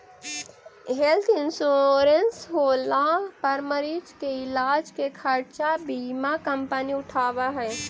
health insurance होला पर मरीज के इलाज के खर्चा बीमा कंपनी उठावऽ हई